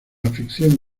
afición